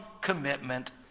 commitment